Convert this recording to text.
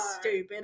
stupid